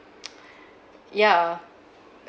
yeah